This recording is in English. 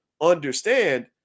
understand